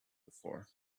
before